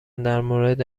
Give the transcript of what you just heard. درمورد